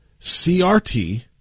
CRT